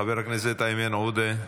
חבר הכנסת איימן עודה,